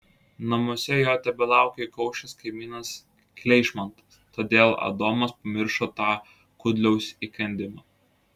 namuose jo tebelaukė įkaušęs kaimynas kleišmantas todėl adomas pamiršo tą kudliaus įkandimą